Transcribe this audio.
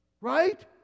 right